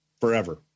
forever